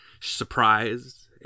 surprised